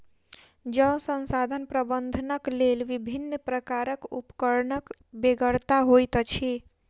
जल संसाधन प्रबंधनक लेल विभिन्न प्रकारक उपकरणक बेगरता होइत अछि